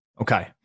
Okay